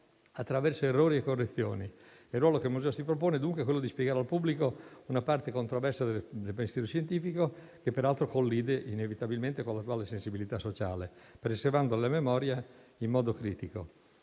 attraverso errori e correzioni. Il ruolo che il museo si propone è dunque quello di spiegare al pubblico una parte controversa del pensiero scientifico, che peraltro collide inevitabilmente con l'attuale sensibilità sociale, preservando la memoria in modo critico.